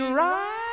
right